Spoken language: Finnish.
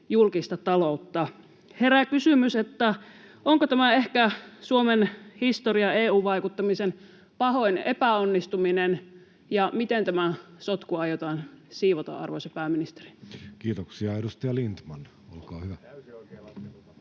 julkista taloutta. Herää kysymys, onko tämä ehkä Suomen historian EU-vaikuttamisen pahin epäonnistuminen ja miten tämä sotku aiotaan siivota, arvoisa pääministeri. Kiitoksia. — Edustaja Lindtman, olkaa hyvä.